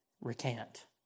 recant